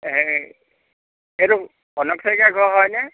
এই সেইটো কনক শইকীয়া ঘৰ হয়নে